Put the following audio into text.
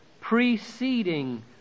preceding